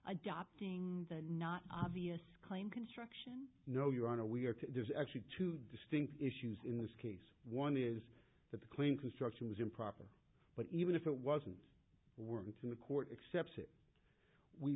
adopting the not obvious claim construction no your honor we are there's actually two distinct issues in this case one is that the clean construction was improper but even if it wasn't working to the court accepts it we